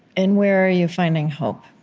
and where are you finding hope?